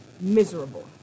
miserable